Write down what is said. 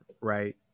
right